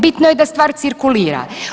Bitno je da stvar cirkulira.